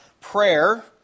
prayer